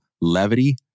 levity